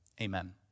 Amen